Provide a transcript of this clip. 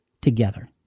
together